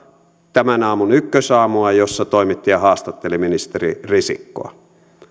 tämän aamun ykkösaamua jossa toimittaja haastatteli ministeri risikkoa